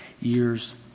years